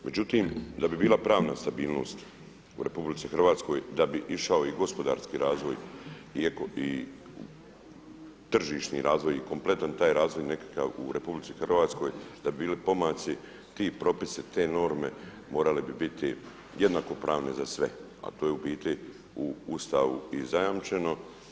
Međutim da bi bila pravna sigurnost u RH da bi išao i gospodarski razvoj i tržišni razvoj i kompletno taj razvoj nekakav u RH da bi bili pomaci ti propisi, te norme morale bi biti jednakopravne za sve, a to je u bitu u Ustavu i zajamčeno.